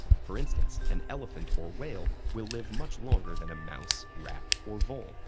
for instance, an elephant or whale will live much longer than a mouse, rat, or vole,